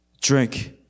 drink